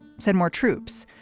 send more troops,